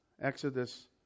Exodus